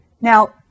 Now